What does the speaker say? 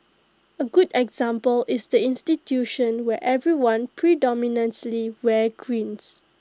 A good example is the institution where everyone predominantly wears greens